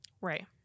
Right